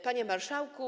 Panie Marszałku!